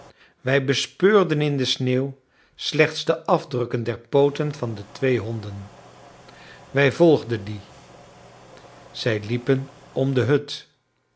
wij bespeurden in de sneeuw slechts de afdrukken der pooten van de twee honden wij volgden die zij liepen om de hut